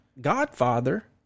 Godfather